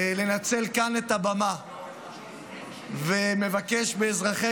אני רוצה לנצל את הבמה כאן ולבקש מאזרחי